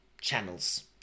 channels